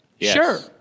Sure